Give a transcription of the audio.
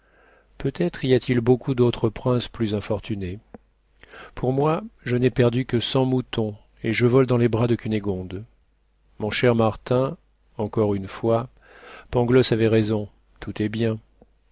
peut-être y a-t-il beaucoup d'autres princes plus infortunés pour moi je n'ai perdu que cent moutons et je vole dans les bras de cunégonde mon cher martin encore une fois pangloss avait raison tout est bien